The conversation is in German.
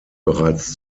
bereits